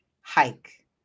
hike